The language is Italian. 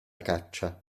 caccia